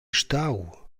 stau